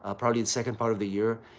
ah probably the second part of the year.